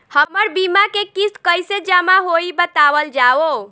हमर बीमा के किस्त कइसे जमा होई बतावल जाओ?